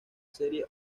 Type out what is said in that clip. serie